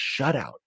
shutout